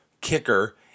kicker